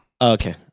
Okay